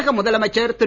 தமிழக முதலமைச்சர் திரு